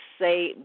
say